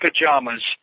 pajamas